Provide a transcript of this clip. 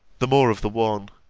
the more of the one,